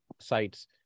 sites